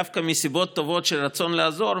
דווקא מסיבות טובות של רצון לעזור,